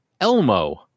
elmo